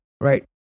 right